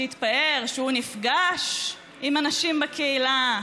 שהתפאר שהוא נפגש עם אנשים בקהילה,